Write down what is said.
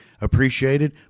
appreciated